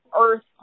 Earth